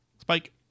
Spike